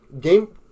Game